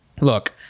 look